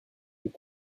les